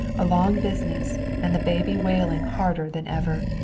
a long business, and the baby wailing harder than ever.